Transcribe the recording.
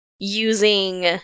using